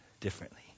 differently